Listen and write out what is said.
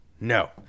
No